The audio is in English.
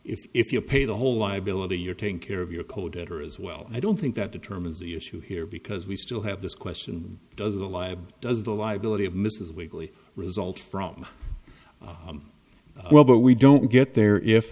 if you pay the whole liability you're taking care of your code it or as well i don't think that determines the issue here because we still have this question does the lab does the liability of mrs whately result from well but we don't get there if